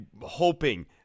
hoping